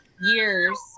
years